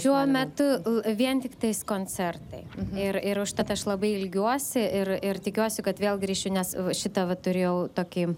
šiuo metu vien tiktais koncertai ir ir užtat aš labai ilgiuosi ir ir tikiuosi kad vėl grįšiu nes va šitą va turėjau tokį